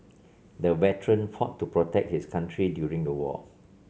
the veteran fought to protect his country during the war